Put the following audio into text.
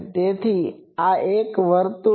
તેથી આ એક વર્તુળ છે